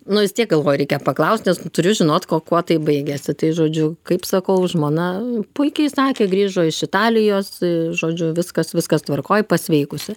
nu vis tiek galvoju reikia paklaust nes turiu žinot kuo kuo tai baigėsi tai žodžiu kaip sakau žmona puikiai sakė grįžo iš italijos žodžiu viskas viskas tvarkoj pasveikusi